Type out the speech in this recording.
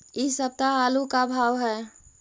इ सप्ताह आलू के का भाव है?